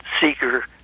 Seeker